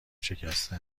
شکسته